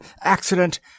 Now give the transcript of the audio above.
accident